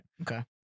Okay